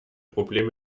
problem